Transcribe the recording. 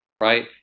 Right